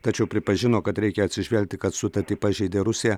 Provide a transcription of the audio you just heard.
tačiau pripažino kad reikia atsižvelgti kad sutartį pažeidė rusija